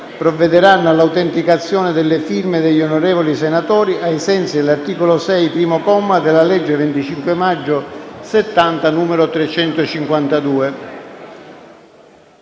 provvederanno all'autenticazione delle firme degli onorevoli senatori, ai sensi dell'articolo 6, primo comma, della legge 25 maggio 1970, n. 352.